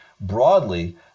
broadly